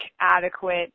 adequate